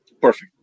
Perfect